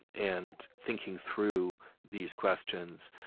and thinking through these questions.